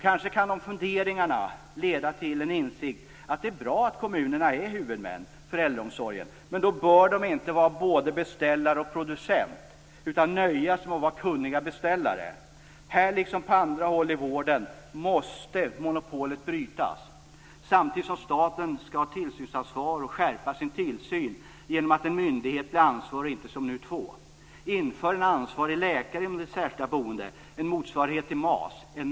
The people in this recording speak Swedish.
Kanske kan funderingarna leda till en insikt att det är bra att kommunerna är huvudmän för äldreomsorgen, men då bör de inte vara både beställare och producent utan nöja sig med att vara kunniga beställare. Här liksom på andra håll i vården måste monopolet brytas. Samtidigt skall staten ha tillsynsansvar och skärpa sin tillsyn genom att en myndighet blir ansvarig och inte som nu två. Inför en ansvarig läkare inom det särskilda boendet, MAL, en motsvarighet till MAS.